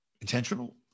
intentional